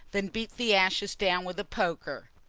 then beat the ashes down with a poker.